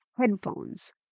headphones